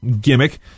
gimmick